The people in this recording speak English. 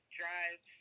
drive